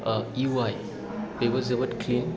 ओ इउ आइ बेबो जोबोद क्लिन